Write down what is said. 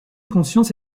conscience